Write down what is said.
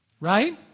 Right